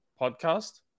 podcast